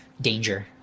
danger